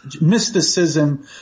mysticism